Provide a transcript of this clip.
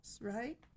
right